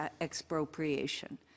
expropriation